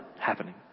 happening